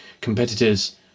competitors